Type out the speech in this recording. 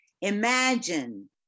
imagine